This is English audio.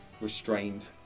restrained